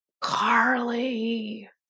Carly